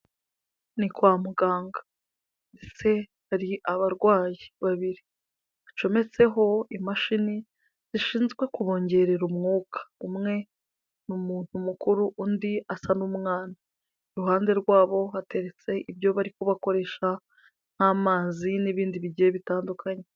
Ni kwa muganga ndetse hari abarwayi babiri, bacometseho imashini zishinzwe kubongerera umwuka, umwe ni umuntu mukuru undi asa n'umwana, iruhande rwabo hateretse ibyo bari kubakoresha nk'amazi n'ibindi bigiye bitandukanye.